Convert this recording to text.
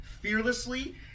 fearlessly